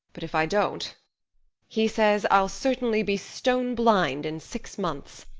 but if i don't he says i'll certainly be stone-blind in six months.